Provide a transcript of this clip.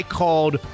called